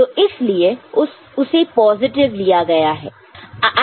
तो इसलिए उसे पॉजिटिव लिया गया है